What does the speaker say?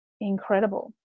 incredible